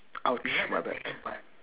I'll my bag